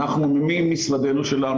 אנחנו ממשרדנו שלנו,